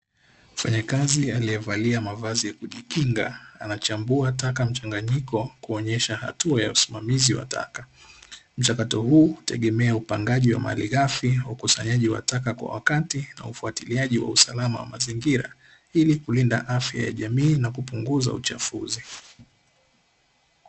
Mfanyakazi alievalia mavazi ya kujikinga anachambua taka mchanganyiko kuonyesha hatua ya usimamizi wa taka, mchakato huu hutegemea upangaji wa malighafi, ukusanyaji wa taka kwa wakati, ufuatiliaji wa usalama wa mazingira ili kulinda afya jamii na kupunguza uchafuzi.